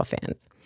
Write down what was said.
fans